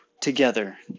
Together